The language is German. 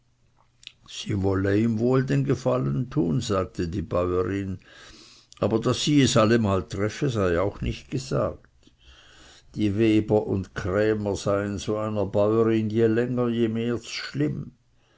sie wolle ihm wohl den gefallen tun sagte die bäurin aber daß sie es allemal treffe sei auch nicht gesagt die weber und krämer seien so einer bäurin je länger je mehr z'schlimm